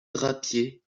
drapier